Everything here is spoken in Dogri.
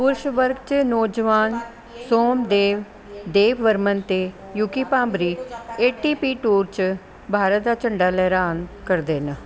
पुरश वर्ग च नौजोआन सोमदेव देववर्मन ते युकी भांबरी एटीपी टूर च भारत दा झंडा लैहराऽ करदे न